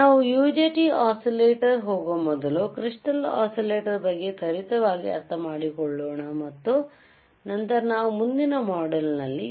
ನಾವು UJT oscillator ಹೋಗುವ ಮೊದಲು ಕ್ರಿಸ್ಟಲ್ ಒಸಿಲೇಟಾರ್ ಬಗ್ಗೆ ತ್ವರಿತವಾಗಿ ಅರ್ಥಮಾಡಿಕೊಳ್ಳೋಣ ಮತ್ತು ನಂತರ ನಾವು ಮುಂದಿನ ಮಾಡ್ಯೂಲ್ ನಲ್ಲಿ